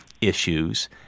issues